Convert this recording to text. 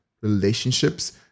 relationships